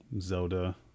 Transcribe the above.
Zelda